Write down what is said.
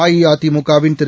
அஇஅதிமுக வின் திரு